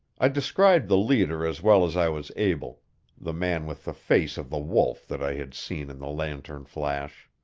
i described the leader as well as i was able the man with the face of the wolf that i had seen in the lantern-flash.